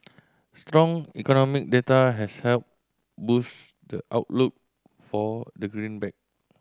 strong economic data has helped boost the outlook for the greenback